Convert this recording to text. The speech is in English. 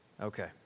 Okay